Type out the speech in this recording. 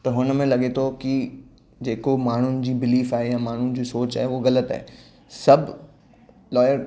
त हुनमें लॻे थो की जेको माण्हुनि जी बिलीफ आहे या माण्हुनि जी सोच आहे उहा ग़लति आहे सभु लॉयर